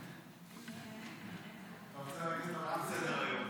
סעיף 1 נתקבל.